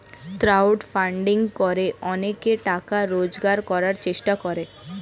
crowd funding করে অনেকে টাকা রোজগার করার চেষ্টা করে